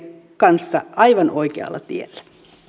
kanssa aivan oikealla tiellä